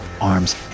arms